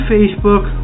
Facebook